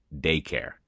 daycare